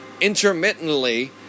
intermittently